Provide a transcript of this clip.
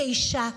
כאישה,